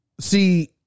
See